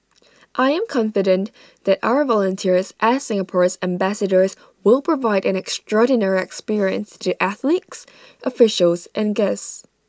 I am confident that our volunteers as Singapore's ambassadors will provide an extraordinary experience to athletes officials and guests